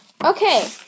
Okay